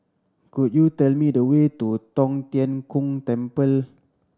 could you tell me the way to Tong Tien Kung Temple